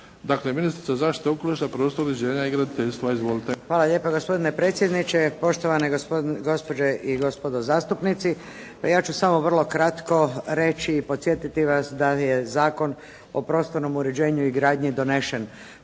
Dakle, ministrica zaštite okoliša, prostornog uređenja i graditeljstva. Izvolite.